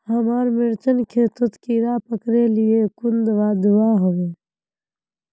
हमार मिर्चन खेतोत कीड़ा पकरिले कुन दाबा दुआहोबे?